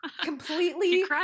completely